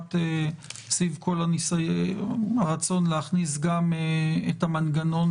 האחת סביב כל הרצון להכניס גם את המנגנון